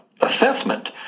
assessment